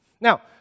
Now